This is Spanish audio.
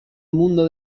mundo